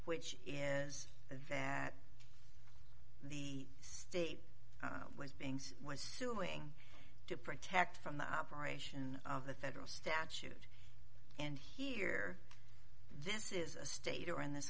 which is that the state was beings when suing to protect from the operation of the federal statute and here this is a state or in this